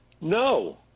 No